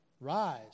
Rise